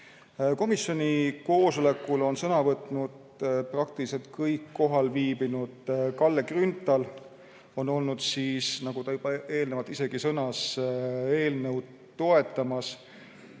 Komisjoni koosolekul on sõna võtnud peaaegu kõik kohalviibinud. Kalle Grünthal on olnud, nagu ta juba eelnevalt isegi sõnas, eelnõu toetamas.